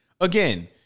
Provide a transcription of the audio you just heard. Again